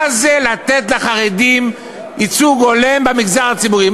מה זה "לתת לחרדים ייצוג הולם במגזר הציבורי"?